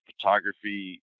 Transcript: photography